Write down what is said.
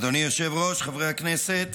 אדוני היושב-ראש, חברי הכנסת,